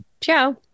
Ciao